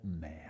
man